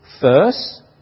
first